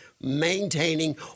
maintaining